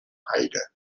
heide